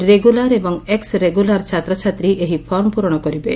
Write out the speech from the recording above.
regular ଏବଂ ex regular ଛାତ୍ରଛାତ୍ରୀ ଏହି ଫର୍ମ ପୂରଣ କରିବେ